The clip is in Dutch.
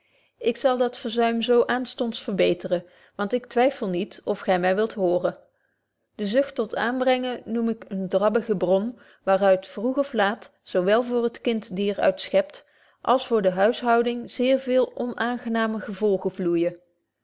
ik zal dat verzuim zo aanstonds verbeteren want ik twyffel niet of gy my wilt hooren de zucht tot aanbrengen noem ik eene drabbige bron waar uit vroeg of laat zo wel voor het kind die er uitschept als voor de huishouding zeer veele onaangenaame gevolgen vloeijen